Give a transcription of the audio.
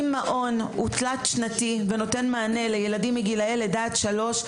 אם מעון הוא תלת שנתי ונותן מענה לילדים מגילאי לידה עד שלוש,